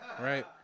Right